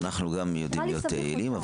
גם אנחנו יכולים להיות יעילים.